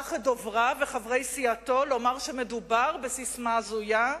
ששלח את דובריו וחברי סיעתו לומר שמדובר בססמה הזויה.